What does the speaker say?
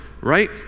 right